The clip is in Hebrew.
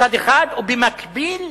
מצד אחד, ובמקביל,